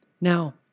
Now